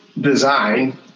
design